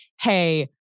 hey